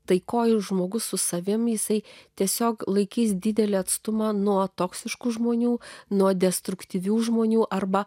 taikos žmogus su savimi jisai tiesiog laikys didelį atstumą nuo toksiškų žmonių nuo destruktyvių žmonių arba